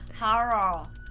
horror